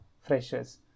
freshers